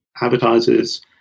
Advertisers